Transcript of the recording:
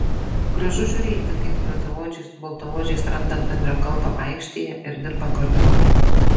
gražu žiūrėti kaip juodaodžiai su baltaodžiais randa bendrą kalbą aikštėje ir dirba kartu